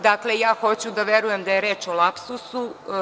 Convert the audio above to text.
Dakle, ja hoću da verujem da je reč o lapsusu.